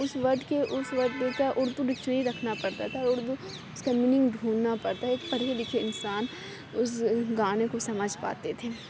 اس word کے اس word میں کا اردو ڈکشنری رکھنا پڑتا تھا اردو اس کا میننگ ڈھونڈنا پڑتا تھا ایک پڑھے لکھے انسان اس گانے کو سمجھ پاتے تھے